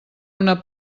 una